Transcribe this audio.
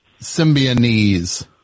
Symbionese